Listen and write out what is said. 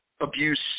abuse